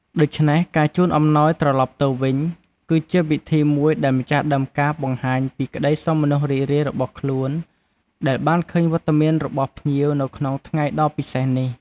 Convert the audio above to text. ដូច្នេះ ការជូនអំណោយត្រឡប់ទៅវិញ គឺជាវិធីមួយដែលម្ចាស់ដើមការបង្ហាញពីក្តីសោមនស្សរីករាយរបស់ខ្លួន ដែលបានឃើញវត្តមានរបស់ភ្ញៀវនៅក្នុងថ្ងៃដ៏ពិសេសនេះ។